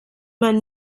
man